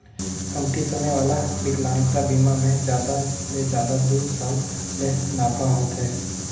कमती समे वाला बिकलांगता बिमा मे जादा ले जादा दू साल ले नाफा होथे